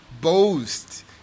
boast